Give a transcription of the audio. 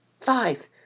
five